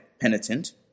penitent